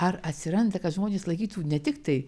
ar atsiranda kad žmonės laikytų ne tiktai